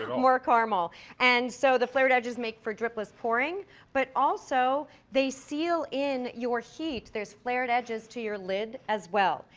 um um um all. and so the flared edges make for dripless pouring but also they seal in your heat. there's flared edges to your lid as well.